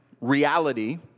reality